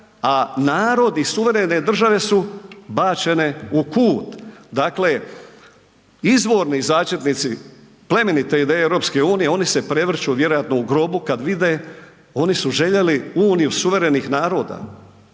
a narod i suverene države su bačene u kut. Dakle, izvorni začetnici plemenite ideje EU oni se prevrću vjerojatno u grobu kad vide, oni su željeli uniju suverenih naroda.